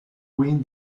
win